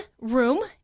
room